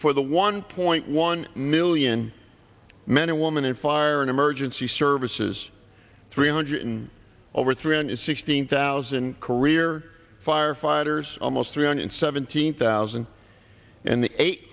for the one point one million men and woman in fire and emergency services three hundred and over three on it sixteen thousand career firefighters almost three hundred seventeen thousand and eight